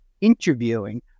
interviewing